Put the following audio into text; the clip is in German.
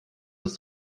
das